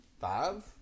five